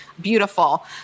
beautiful